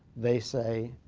they say